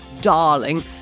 darling